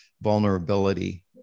vulnerability